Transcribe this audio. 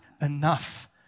enough